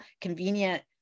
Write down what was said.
convenient